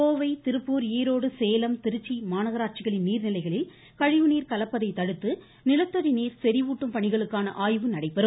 கோவை திருப்பூர் ஈரோடு சேலம் திருச்சி மாநகராட்சிகளின் நீர்நிலைகளில் கழிவுநீர் கலப்பதை தடுத்து நிலத்தடி நீர் செறிவூட்டும் பணிகளுக்கான ஆய்வு நடைபெறும்